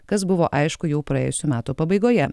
kas buvo aišku jau praėjusių metų pabaigoje